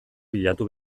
bilatu